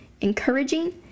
encouraging